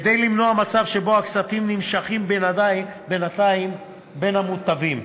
כדי למנוע מצב שבו הכספים נמשכים בינתיים בידי המוטבים.